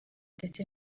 ndetse